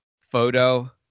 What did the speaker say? photo